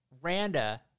Randa